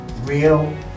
Real